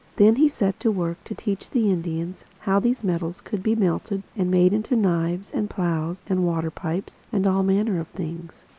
then he set to work to teach the indians how these metals could be melted and made into knives and plows and water-pipes and all manner of things.